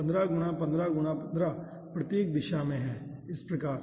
तो 15 x 15 x 15 प्रत्येक दिशा में इस प्रकार